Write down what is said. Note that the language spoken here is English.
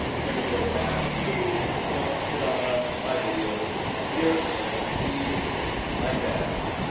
so i'm gonna go back to a channel i'll just hit on my videos here and let's see my tags.